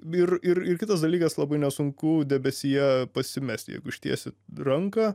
ir ir ir kitas dalykas labai nesunku debesyje pasimesti jeigu ištiesi ranką